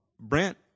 Brent